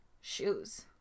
shoes